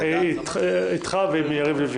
הוועדה המיוחדת למיגור הפשיעה בחברה הערבית